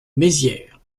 mézières